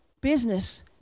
business